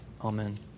Amen